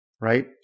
right